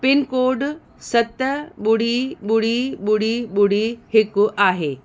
pin code सत ॿुड़ी ॿुड़ी ॿुड़ी ॿुड़ी हिकु आहे